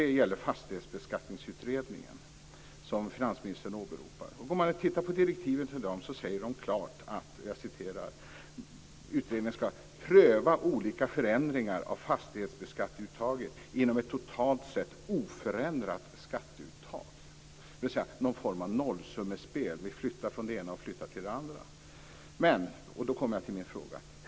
Det gäller Fastighetsbeskattningskommittén, som finansministern åberopade. I direktiven till den sägs det klart att utredningen ska pröva olika förändringar av fastighetsskatteuttaget inom ett totalt sett oförändrat skatteuttag. Det är alltså en form av nollsummespel; vi flyttar från det ena till det andra.